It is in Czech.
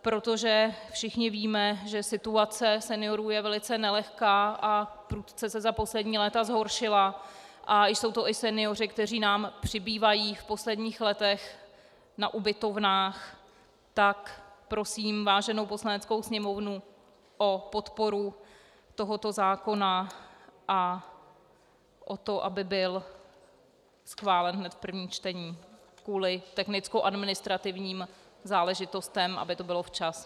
Protože všichni víme, že situace seniorů je velice nelehká a prudce se za poslední léta zhoršila a jsou to i senioři, kteří nám přibývají v posledních letech na ubytovnách, tak prosím váženou Poslaneckou sněmovnu o podporu tohoto zákona a o to, aby byl schválen hned v prvním čtení kvůli technickoadministrativním záležitostem, aby to bylo včas.